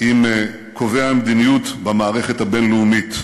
עם קובעי המדיניות במערכת הבין-לאומית.